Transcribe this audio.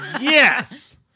yes